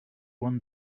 one